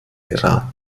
geraten